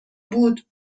بود